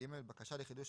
בתהליך